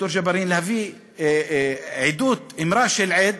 ד"ר ג'בארין, עדות, אמרה של עד,